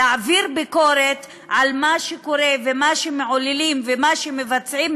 להעביר ביקורת על מה שקורה ומה שמעוללים ומה שמבצעים,